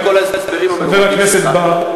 חבר הכנסת בר,